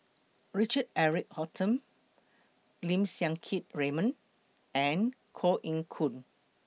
Richard Eric Holttum Lim Siang Keat Raymond and Koh Eng Hoon